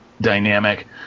dynamic